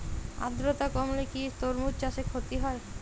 আদ্রর্তা কমলে কি তরমুজ চাষে ক্ষতি হয়?